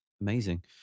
Amazing